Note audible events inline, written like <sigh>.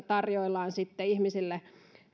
<unintelligible> tarjoillaan ihmisille